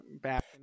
back